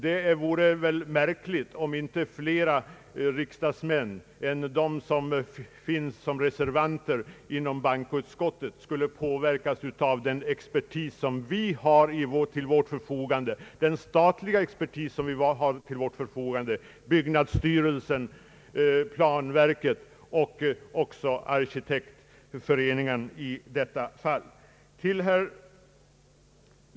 Det vore väl märkligt om inte ett stort antal riksdagsmän skulle påverkas av den statliga expertis som vi haft till vårt förfogande i detta ärende, nämligen byggnadsstyrelsen och planverket, men även av arkitektföreningarnas synpunkter.